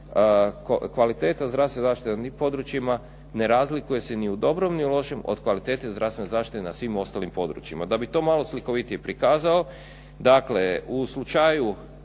kvaliteta zdravstvene zaštite na tim područjima ne razlikuje se ni u dobrom ni u lošem od kvalitete zdravstvene zaštite na svim ostalim područjima. Da bih to malo slikovitije prikazao, dakle u slučaju